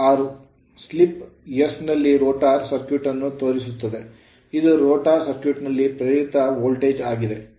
ಚಿತ್ರ 6 slip s ನಲ್ಲಿ rotor circuit ಅನ್ನು ತೋರಿಸುತ್ತದೆ ಇದು ರೋಟರ್ ಸರ್ಕ್ಯೂಟ್ ನಲ್ಲಿ ಪ್ರೇರಿತ ವೋಲ್ಟೇಜ್ ಆಗಿದೆ